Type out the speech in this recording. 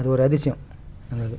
அது ஒரு அதிசயம் அந்த இது